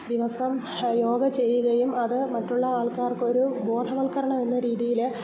ദിവസം യോഗ ചെയ്യുകയും അത് മറ്റുള്ള ആൾക്കാർക്ക് ഒരു ബോധവത്ക്കരണം എന്ന രീതിയിൽ